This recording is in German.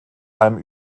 einem